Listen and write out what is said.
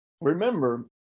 remember